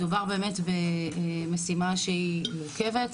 מדובר באמת, במשימה שהיא מורכבת,